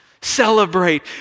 celebrate